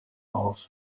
auf